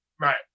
Right